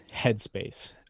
headspace